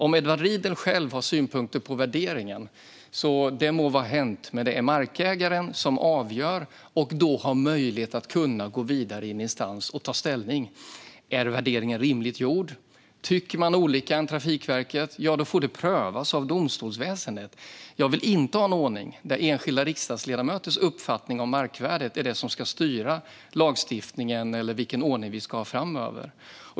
Om Edward Riedl själv har synpunkter på värderingen må vara hänt, men det är markägaren som avgör och har möjlighet att gå vidare till nästa instans som får ta ställning till om värderingen är rimligt gjord. Om man tycker annorlunda än Trafikverket får det prövas av domstolsväsendet. Jag vill inte ha en ordning där enskilda riksdagsledamöters uppfattning om markvärdet är det som ska styra lagstiftningen eller vilken ordning vi ska ha framöver.